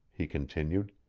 he continued.